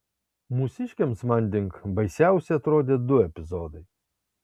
mūsiškiams manding baisiausi atrodė du epizodai